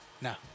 No